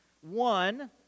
One